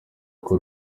kwa